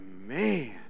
man